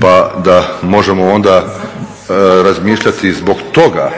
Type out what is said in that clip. pa da možemo onda razmišljati zbog toga